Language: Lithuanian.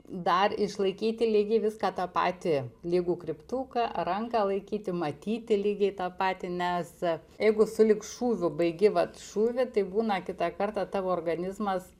dar išlaikyti lygiai viską tą patį lygų kryptuką ranką laikyti matyti lygiai tą patį nes jeigu sulig šūviu baigi vat šūvį tai būna kitą kartą tavo organizmas